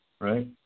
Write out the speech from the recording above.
Right